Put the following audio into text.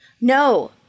No